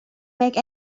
make